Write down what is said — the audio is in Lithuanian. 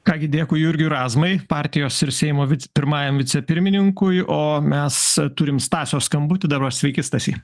ką gi dėkui jurgiui razmai partijos ir seimo pirmajam vicepirmininkui o mes turim stasio skambutį dabar sveiki stasy